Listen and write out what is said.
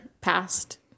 past